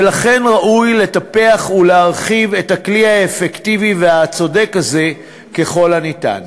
ולכן ראוי לטפח ולהרחיב את הכלי האפקטיבי והצודק הזה ככל הניתן.